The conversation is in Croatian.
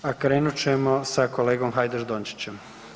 A krenut ćemo sa kolegom Hajdaš Dončićem.